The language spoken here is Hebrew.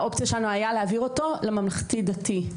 האופציה שלנו הייתה להעביר אותו לממלכתי דתי,